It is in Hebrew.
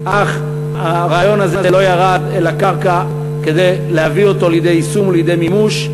אך הרעיון הזה לא ירד אל הקרקע כדי להביא אותו לידי יישום ולידי מימוש,